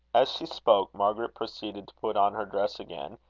as she spoke, margaret proceeded to put on her dress again,